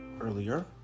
earlier